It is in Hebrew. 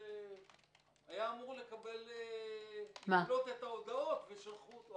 והיה אמור לקלוט את ההודעות, ושלחו אותו.